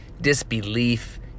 disbelief